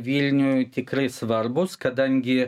vilniui tikrai svarbūs kadangi